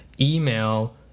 email